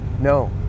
No